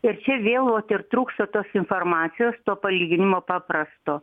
ir čia vėl vat ir trūksta tos informacijos to palyginimo paprasto